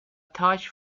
touch